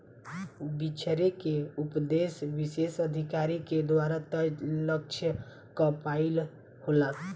बिछरे के उपदेस विशेष अधिकारी के द्वारा तय लक्ष्य क पाइल होला